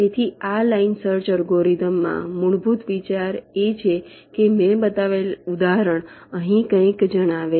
તેથી આ line search અલ્ગોરિધમમાં મૂળભૂત વિચાર એ છે કે મેં બતાવેલ ઉદાહરણ અહીં કંઈક જણાવે છે